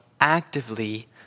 actively